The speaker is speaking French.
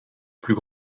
plus